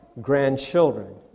grandchildren